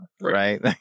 right